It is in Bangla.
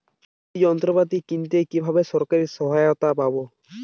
কৃষি যন্ত্রপাতি কিনতে কিভাবে সরকারী সহায়তা পাব?